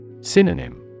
Synonym